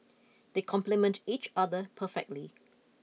they complement each other perfectly